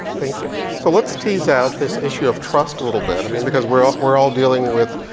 thank you. so let's tease out this issue of trust a little bit. i mean because we're all we're all dealing with